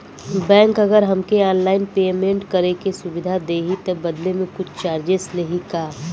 Bank अगर हमके online payment करे के सुविधा देही त बदले में कुछ चार्जेस लेही का?